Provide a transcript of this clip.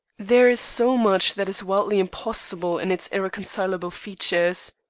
there is so much that is wildly impossible in its irreconcilable features.